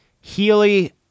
Healy